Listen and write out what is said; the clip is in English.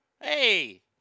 Hey